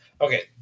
Okay